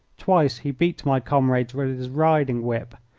twice he beat my comrades with his riding-whip,